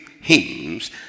hymns